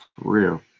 real